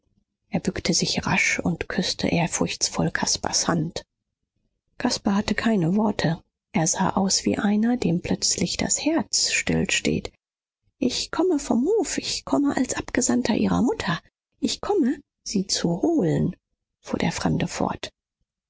er bückte sich rasch und küßte ehrfurchtsvoll caspars hand caspar hatte keine worte er sah aus wie einer dem plötzlich das herz stillsteht ich komme vom hof ich komme als abgesandter ihrer mutter ich komme sie zu holen fuhr der fremde fort